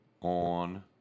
on